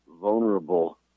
vulnerable